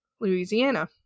Louisiana